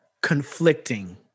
conflicting